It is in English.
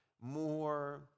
more